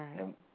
right